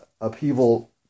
upheaval